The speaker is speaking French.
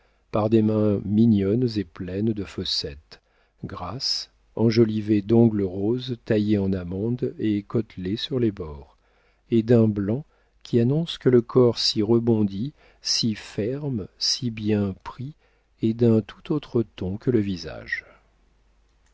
par des mains mignonnes et pleines de fossettes grasses enjolivées d'ongles roses taillés en amandes et côtelés sur les bords et d'un blanc qui annonce que le corps si rebondi si ferme si bien pris est d'un tout autre ton que le visage